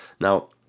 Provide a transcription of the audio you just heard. Now